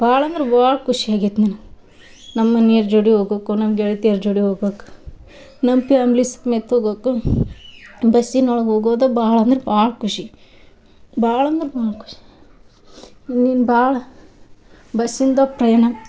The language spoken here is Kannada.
ಭಾಳಂದ್ರೆ ಭಾಳ ಖುಷಿಯಾಗೈತೆ ನನಗೆ ನಮ್ಮ ಮನಿಯವ್ರ್ ಜೋಡಿ ಹೋಗೋಕು ನಮ್ಮ ಗೆಳ್ತಿಯರ ಜೋಡಿ ಹೋಗೋಕ್ಕೆ ನಮ್ಮ ಪ್ಯಾಮ್ಲಿ ಸಮೇತ ಹೋಗೋಕು ಬಸ್ಸಿನೊಳ್ಗೆ ಹೋಗೋದು ಬಹಳಂದ್ರೆ ಭಾಳ ಖುಷಿ ಭಾಳಂದ್ರೆ ಭಾಳ ಖುಷಿ ಇನ್ನಿನ್ ಭಾಳ ಬಸ್ಸಿಂದ ಪ್ರಯಾಣ